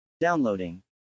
Downloading